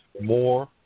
more